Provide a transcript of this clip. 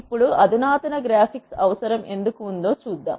ఇప్పుడు అధునాతన గ్రాఫిక్స్ అవసరం ఎందుకు ఉందో చూద్దాం